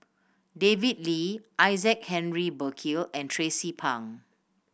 David Lee Isaac Henry Burkill and Tracie Pang